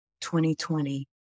2020